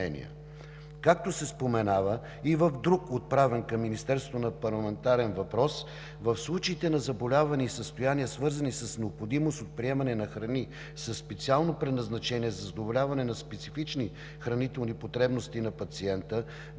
друг парламентарен въпрос, отправен към Министерството, в случаите на заболявания и състояния, свързани с необходимост от приемане на храни със специално предназначение за задоволяване на специфични хранителни потребности на пациента,